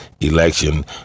election